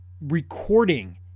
recording